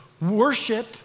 worship